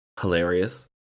hilarious